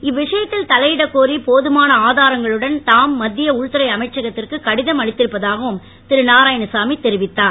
இவ்விஷயத்தில் தலையிடக் கோரி போதுமான ஆதாரங்களுடன் தாம் மத்திய உள்துறை அமைச்சகத்திற்கு கடிதம் அளித்திருப்பதாவும் திரு நாராயணசாமி தெரிவித்தார்